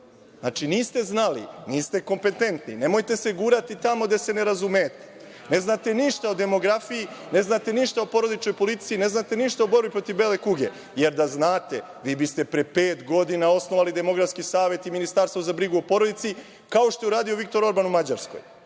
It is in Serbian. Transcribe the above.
Znači, niste znali, niste kompetentni, nemojte se gurati tamo gde se ne razumete. Ne znate ništa o demografiji, ne znate ništa o porodičnoj policiji, ne znate ništa o borbi protiv bele kuge. Da znate, vi biste pre pet godina osnovali Demografski savet i Ministarstvo za brigu o porodici, kao što je uradio Viktor Orban u Mađarskoj.